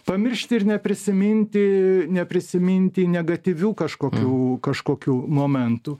pamiršti ir neprisiminti neprisiminti negatyvių kažkokių kažkokių momentų